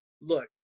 look